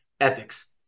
Ethics